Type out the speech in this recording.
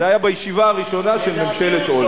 זה היה בישיבה הראשונה של ממשלת אולמרט.